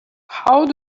how